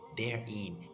therein